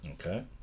okay